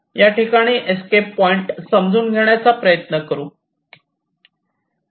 याठिकाणी escape point समजून घेण्याचा प्रयत्न करू